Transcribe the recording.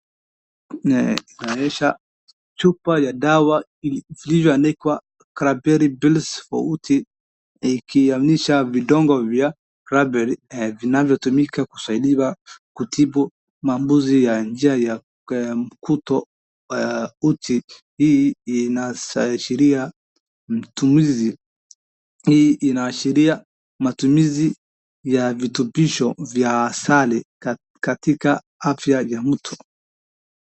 Inaonyesha chupa ya dawa iliyoandikwa Cranberry pills for UTI ikihamisha vidongo vya Cranberry vinavyotumika kusaidia kutibu maambukizi ya njia ya kuto uchi, hii inaashiria matumizi ya virutubisho vya asili katika afya ya mtu.